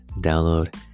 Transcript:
download